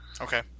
Okay